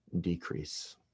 Decrease